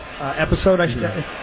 episode